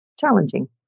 challenging